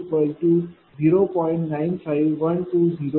951207 p